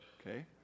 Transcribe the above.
okay